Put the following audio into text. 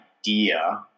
idea